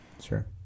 sure